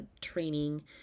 training